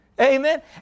Amen